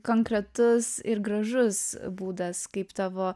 konkretus ir gražus būdas kaip tavo